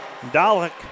Dalek